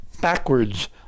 backwards